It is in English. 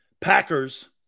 Packers